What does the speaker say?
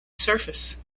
surface